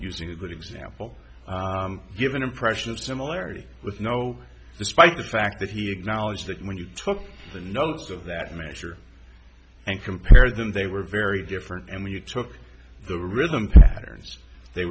using a good example give an impression of similarity with no despite the fact that he acknowledged that when you took the notes of that measure and compare them they were very different and when you took the rhythm patterns they